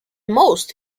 most